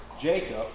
Jacob